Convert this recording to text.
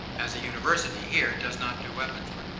as a university here, does not do weapons work.